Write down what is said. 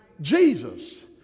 Jesus